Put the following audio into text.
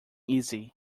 easy